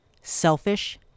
Selfish